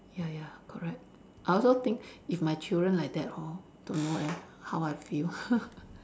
ya ya correct I also think if my children like that hor don't know eh how I feel